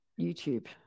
youtube